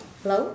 hello